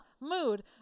mood